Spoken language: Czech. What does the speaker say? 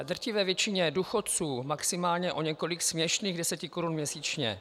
Drtivé většině důchodců maximálně o několik směšných deset korun měsíčně.